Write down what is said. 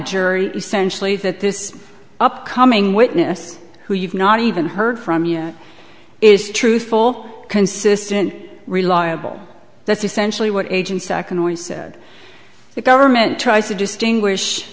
jury essentially that this upcoming witness who you've not even heard from yet is truthful consistent reliable that's essentially what agent second always said the government tries to distinguish